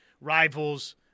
Rivals